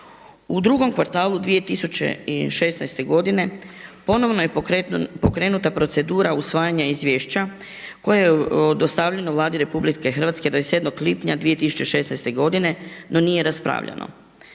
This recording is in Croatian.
U drugom kvartalu 2016. godine ponovno je pokrenuta procedura usvajanja izvješća koja je dostavljena Vladi RH 27. lipnja 2016. godine, no nije raspravljeno.